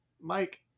Mike